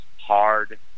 hard